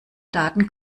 daten